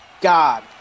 god